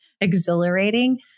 exhilarating